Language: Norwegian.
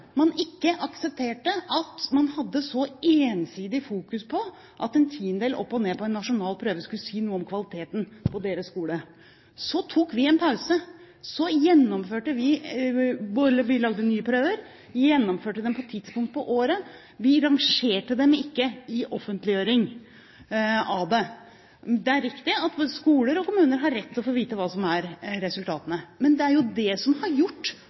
man aksepterte ikke at man hadde så ensidig fokus på at en tiendedel opp eller ned på en nasjonal prøve skulle si noe om kvaliteten på deres skole. Så tok vi en pause. Vi lagde nye prøver, vi gjennomførte dem på ett tidspunkt, og vi rangerte dem ikke ved offentliggjøringen av dem. Det er riktig at skoler og kommuner har rett til å få vite hva som er resultatene. Det er jo dette som har gjort